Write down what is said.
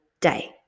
day